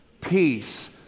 Peace